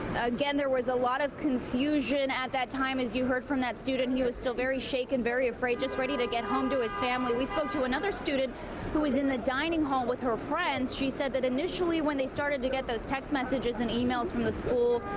again, there was a lot of confusion at that time. as you heard from that student, he was still very shaken, very afraid. just ready to get home to his family. we spoke to another student who was in the dining hall with her friends. she said that initially, when they started to get those text messages and emails from the school,